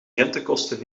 rentekosten